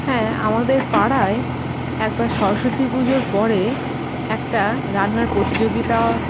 হ্যাঁ আমাদের পাড়ায় একবার সরস্বতী পুজোর পরে একটা রান্নার প্রতিযোগিতা